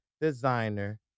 designer